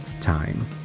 time